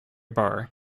bar